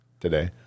today